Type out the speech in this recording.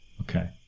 Okay